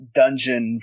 dungeon